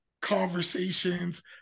conversations